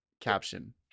caption